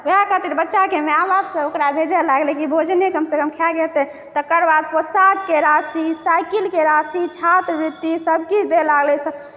वएह खातिर बच्चाकेँ माय बाप सब ओकरा भेजै लागलै जे भोजने कम सँ कम खा एतै ओकर बाद पोशाकके राशि साइकिलके राशि छात्रवृतिके राशि सब किछु दए लागलै सरकार